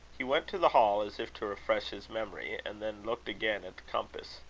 he went to the hall, as if to refresh his memory, and then looked again at the compass.